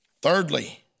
Thirdly